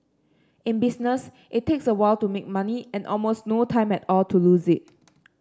in business it takes a while to make money and almost no time at all to lose it